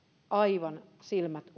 aivan silmät